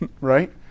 right